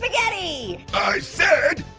spaghetti. i said,